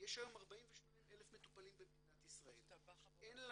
יש היום 42,000 מטופלים במדינת ישראל --- אין על